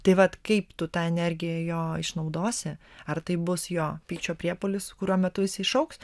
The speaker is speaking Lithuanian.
tai vat kaip tu tą energiją jo išnaudosi ar tai bus jo pykčio priepuolis kurio metu jis iššauks